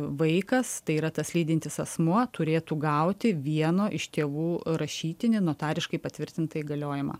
vaikas tai yra tas lydintis asmuo turėtų gauti vieno iš tėvų rašytinį notariškai patvirtintą įgaliojimą